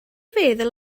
feddwl